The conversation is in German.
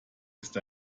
ist